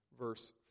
verse